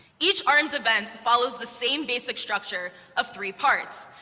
each arms event follows the same basic structure of three parts.